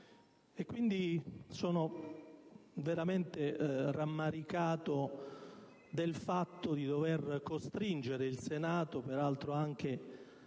Sono veramente rammaricato per il fatto di dover costringere il Senato, peraltro nella